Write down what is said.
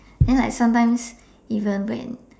then like sometimes even when